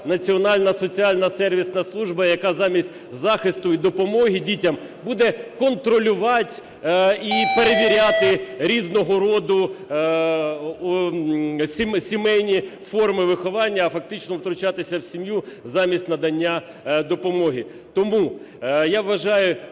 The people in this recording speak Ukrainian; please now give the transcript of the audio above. "Національна соціальна сервісна служба", яка замість захисту і допомоги дітям буде контролювати і перевіряти різного роду сімейні форми виховання, а фактично втручатися в сім'ю замість надання допомоги. Тому я вважаю